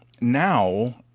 now